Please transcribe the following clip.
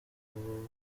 nuko